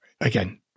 Again